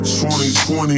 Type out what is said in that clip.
2020